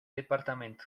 departamento